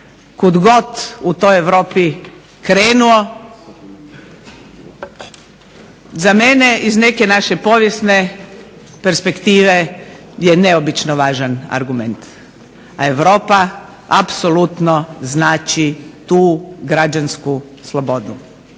kud god u toj Europi krenuo, za mene iz neke naše povijesne perspektive je neobično važan argument. A Europa apsolutno znači tu građansku slobodu.